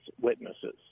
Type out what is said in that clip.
witnesses